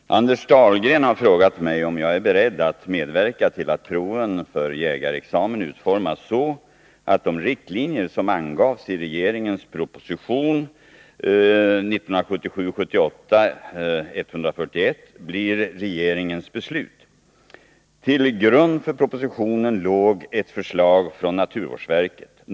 Fru talman! Anders Dahlgren har frågat mig om jag är beredd att medverka till att proven för jägarexamen utformas så att de riktlinjer som angavs i regeringens proposition 1977/78:141 blir regeringens beslut. Till grund för propositionen låg ett förslag från naturvårdsverket.